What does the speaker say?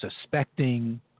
suspecting